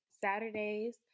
Saturdays